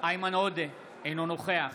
איימן עודה, אינו נוכח